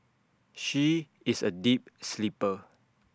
she is A deep sleeper